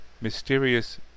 mysterious